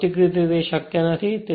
તેથી તે ભૌતિક રીતે શક્ય નથી